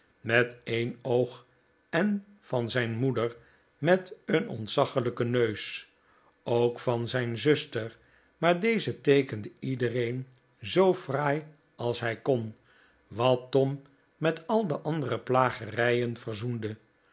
met een oog en van zijn moeder met een ontzaglijken neus ook van zijn zuster maar deze teekende iedereen zoo fraai als hij kon wat tom met al de andere plagerijen verzoende